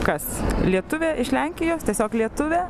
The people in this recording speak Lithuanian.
kas lietuvė iš lenkijos tiesiog lietuvė